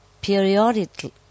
periodically